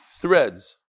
threads